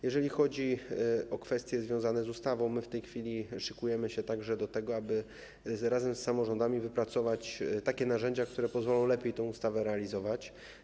Jeżeli chodzi o kwestie związane z ustawą, to w tej chwili szykujemy się także do tego, aby razem z samorządami wypracować takie narzędzia, które pozwolą lepiej te ustawę realizować.